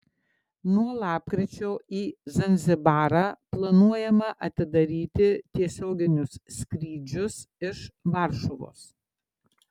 nuo lapkričio į zanzibarą planuojama atidaryti tiesioginius skrydžius iš varšuvos